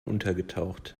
untergetaucht